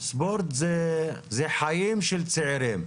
ספורט זה חיים של צעירים.